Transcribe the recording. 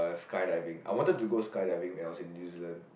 skydiving I wanted to go skydiving when I was in New-Zealand